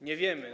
Nie wiemy.